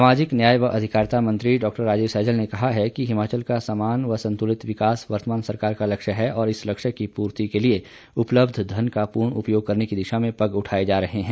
सामाजिक न्याय व अधिकारिता मंत्री डॉ राजीव सैजल ने कहा कि हिमाचल का समान एवं संतुलित विकास वर्तमान सरकार का लक्ष्य है और इस लक्ष्य की पूर्ति के लिए उपलब्ध धन का पूर्ण उपयोग करने की दिशा में पग उठाए जा रहे हैं